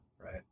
right